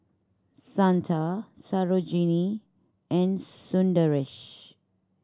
Santha Sarojini and Sundaresh